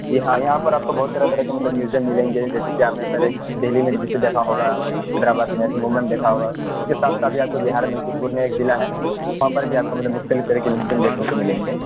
جی ہاں یہاں پر آپ کو بہت طرح طرح کے مطلب میوزیم ملیں گے جیسے کہ آپ نے پہلے دہلی میں جیسے دیکھا ہوگا حیدرآباد میں وومین دیکھا ہوگا اس کے ساتھ ساتھ بھی آپ کو بہار میں پورنیہ ایک ضلع ہے وہاں پر بھی آپ کو مطلب مختلف طرح کے میوزیم دیکھنے کو ملیں گے